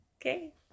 Okay